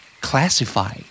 Classify